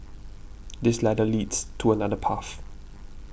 this ladder leads to another path